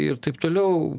ir taip toliau